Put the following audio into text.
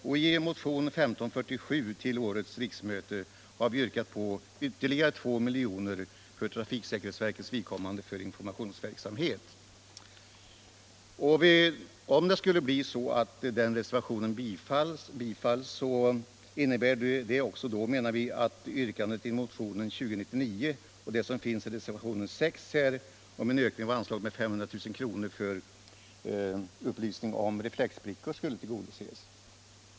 I motionen 1975 76:2099, som följs upp i reservationen 6, om en ökning av anslaget med 500 000 kr. för upplysning om reflexbrickor skulle tillgodoses.